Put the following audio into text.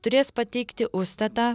turės pateikti užstatą